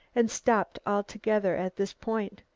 and stopped altogether at this point.